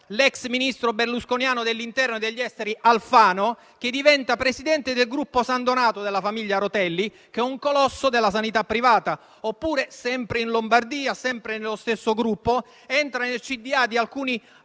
l'ex ministro berlusconiano dell'interno e degli affari esteri Alfano, che diventa presidente del gruppo San Donato della famiglia Rotelli, che è un colosso della sanità privata, oppure sempre in Lombardia, sempre nello stesso gruppo, entra nel consiglio